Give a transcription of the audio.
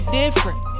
different